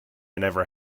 never